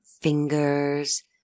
fingers